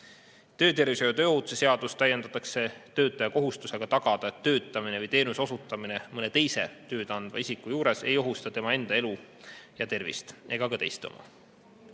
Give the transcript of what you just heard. Töötervishoiu ja tööohutuse seadust täiendatakse töötaja kohustusega tagada, et töötamine või teenuse osutamine mõne teise tööd andva isiku juures ei ohusta tema enda elu ja tervist ega ka teiste oma.